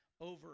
over